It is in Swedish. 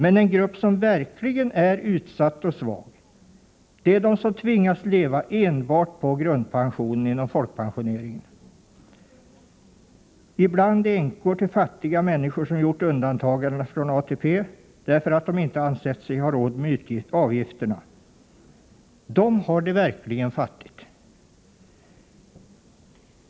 Men en grupp som verkligen är utsatt och svag är de människor som tvingas leva enbart på grundpensionen inom folkpensioneringen, däribland änkor till fattiga människor som gjort undantagande från ATP därför att de inte ansett sig ha råd med avgifterna. De har det verkligen fattigt.